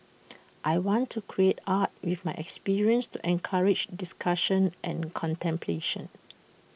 I want to create art with my experience to encourage discussion and contemplation